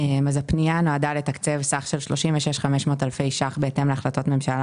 הפנייה נועדה לתקצב סך של 26,500 אלפי ₪ בהתאם להחלטת ממשלה